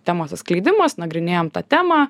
temos atskleidimas nagrinėjam tą temą